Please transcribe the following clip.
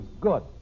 good